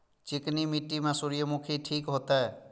चिकनी मिट्टी में सूर्यमुखी ठीक होते?